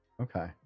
Okay